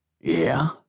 Yeah